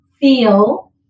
feel